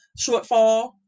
shortfall